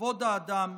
כבוד האדם,